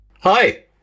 Hi